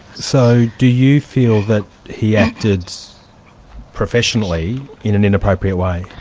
so do you feel that he acted professionally in an inappropriate way?